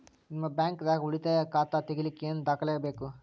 ನಿಮ್ಮ ಬ್ಯಾಂಕ್ ದಾಗ್ ಉಳಿತಾಯ ಖಾತಾ ತೆಗಿಲಿಕ್ಕೆ ಏನ್ ದಾಖಲೆ ಬೇಕು?